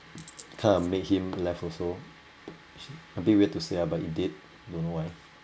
kind of made him left also a bit weird to say lah but it did don't know why